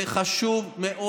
זה חשוב מאוד.